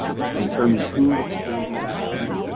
it's confirming who this is going to be routed to.